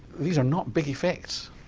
these are not big effects.